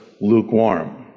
lukewarm